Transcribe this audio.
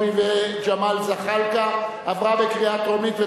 וחבר הכנסת ג'מאל זחאלקה עברה בקריאה טרומית,